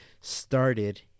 started